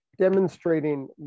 demonstrating